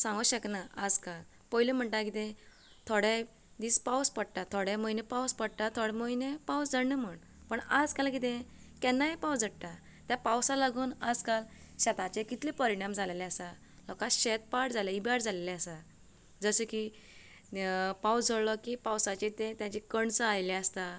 सांगूंक शकना आज काल पयले म्हुणटा कितें थोडे दीस पावस पडटा थोडें म्हयने पावस पडटा थोडे म्हयने पावस झडना म्हूण पण आज काल कितें केन्नाय पावस झडटा त्या पावसाक लागून आज काल शेताचे कितलें परिणाम जाल्लेले आसा लोकां शेत पाड जाल्ले इबाड जाल्लेले आसा जशें की पावस झडलो की पावसाचे ते ताजी कणसां आयल्या आसता